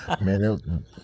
man